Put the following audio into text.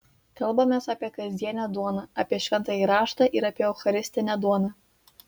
kalbamės apie kasdienę duoną apie šventąjį raštą ir apie eucharistinę duoną